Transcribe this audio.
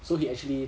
so he actually